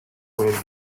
win